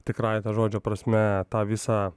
tikrąja to žodžio prasme tą visą